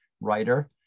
writer